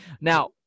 Now